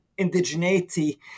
indigeneity